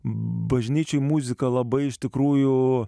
bažnyčiai muzika labai iš tikrųjų